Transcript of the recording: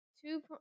Two